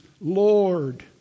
Lord